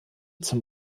zum